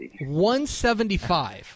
175